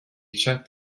checked